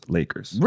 Lakers